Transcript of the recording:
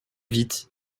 vite